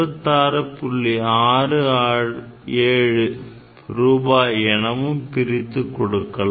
67 ரூபாய் எனவும் பிரித்து கொடுக்கலாம்